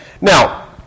now